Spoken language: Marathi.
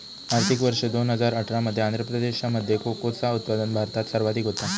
आर्थिक वर्ष दोन हजार अठरा मध्ये आंध्र प्रदेशामध्ये कोकोचा उत्पादन भारतात सर्वाधिक होता